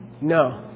No